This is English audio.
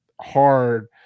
hard